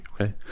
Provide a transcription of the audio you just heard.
Okay